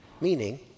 meaning